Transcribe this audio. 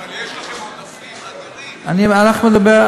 אבל יש לכם עודפים אדירים, אדוני.